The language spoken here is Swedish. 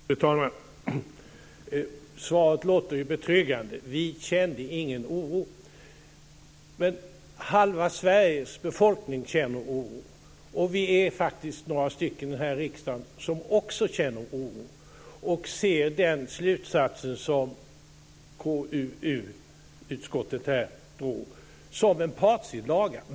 Fru talman! Svaret låter betryggande: Vi kände ingen oro. Men halva Sveriges befolkning känner oro, och vi är faktiskt några här i riksdagen som också känner oro och ser den slutsats som KUU drog som en partsinlaga.